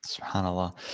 Subhanallah